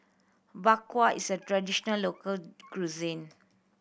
Bak Kwa is a traditional local cuisine